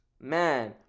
man